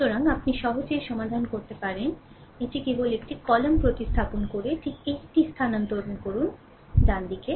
সুতরাং আপনি সহজেই সমাধান করতে পারেন এটি কেবল একটি কলাম প্রতিস্থাপন করে ঠিক এটি স্থানান্তর করুন ডানদিকে